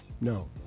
No